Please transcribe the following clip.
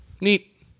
Neat